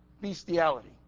Bestiality